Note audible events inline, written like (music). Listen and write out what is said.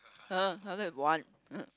(laughs) I don't have one